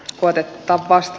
selevä